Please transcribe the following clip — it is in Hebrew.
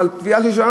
או על תביעה של שר"מ,